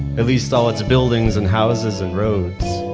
at least all its buildings and houses and roads.